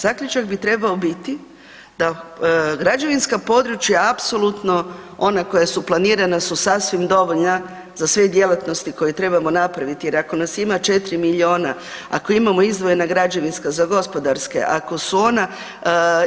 Zaključak bi trebao biti da građevinska područja apsolutno ona koja su planirana su sasvim dovoljna za sve djelatnosti koje trebamo napraviti jer ako nas ima 4 miliona, ako imamo izdvojena građevinska za gospodarske, ako su ona